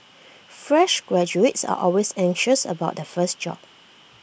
fresh graduates are always anxious about their first job